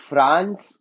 France